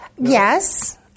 yes